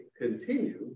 continue